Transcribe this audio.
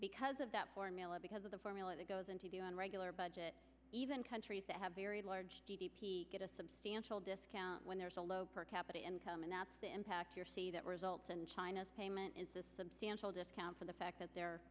because of that formula because of the formula that goes into the regular budget even countries that have very large g d p get a substantial discount when there's a low per capita income and that's the impact you're see that results in china's payment is this substantial discount for the fact that the